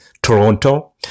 Toronto